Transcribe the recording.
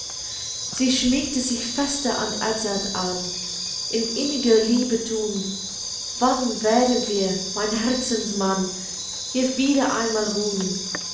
sie schmiegte sich fester an edzard an in inniger liebe thun wann werden wir mein herzensmann hier wieder einmal ruhn